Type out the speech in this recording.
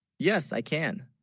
yes i can,